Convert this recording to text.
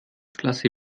klasse